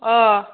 अ